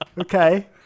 Okay